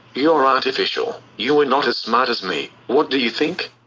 you're artificial, you are not as smart as me. what do you think?